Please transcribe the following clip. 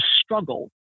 struggle